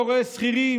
לא רואה שכירים,